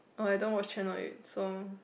oh I don't watch channel eight so